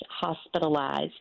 hospitalized